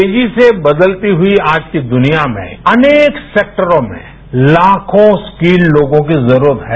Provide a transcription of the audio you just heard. तेजी से बदलती हुई आज की दुनिया में अनेक सेक्टरों में लाखों स्किल लोगों की जरूरत है